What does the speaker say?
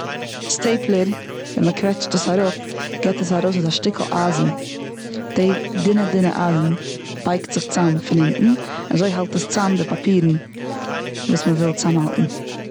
סטעיפלער ווען מ'קוועטשט עס אראפ גיבט עס ארויס א שטיקל אייזן. די דינע דינע אייזן בייגט זיך צוזאם פון אונטן אזוי האלט עס צוזאם די פאפירן, וואס מ'וויל צוזאם האלטן.